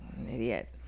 Idiot